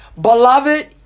Beloved